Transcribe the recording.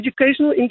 educational